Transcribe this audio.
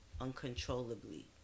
uncontrollably